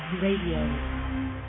Radio